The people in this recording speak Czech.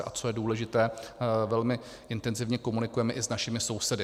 A co je důležité, velmi intenzivně komunikujeme i s našimi sousedy.